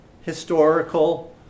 historical